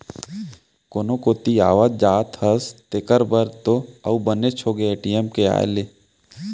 कोनो कोती आवत जात हस तेकर बर तो अउ बनेच होगे ए.टी.एम के आए ले